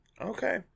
Okay